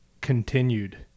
continued